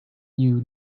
you